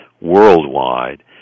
worldwide